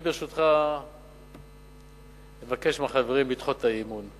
אני, ברשותך, אבקש מהחברים לדחות את האי-אמון.